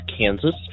Kansas